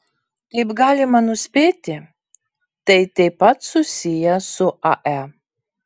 kaip ir galima nuspėti tai taip pat susiję su ae